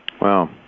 Wow